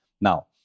Now